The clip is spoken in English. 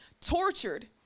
tortured